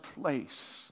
place